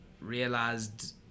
realized